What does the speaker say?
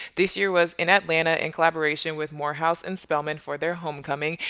this year was in atlanta in collaboration with morehouse and spelman for their homecoming.